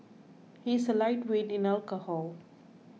he is a lightweight in alcohol